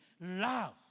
Love